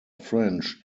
french